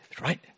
right